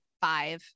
five